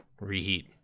reheat